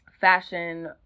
fashion